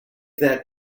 that